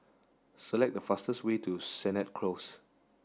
select the fastest way to Sennett Close